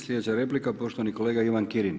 Sljedeća replika poštovani kolega Ivan Kirin.